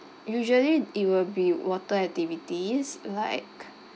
usually it will be water activities like